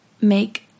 make